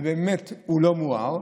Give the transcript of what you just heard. ובאמת הוא לא מואר,